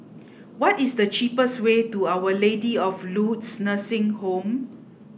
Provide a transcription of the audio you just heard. what is the cheapest way to Our Lady of Lourdes Nursing Home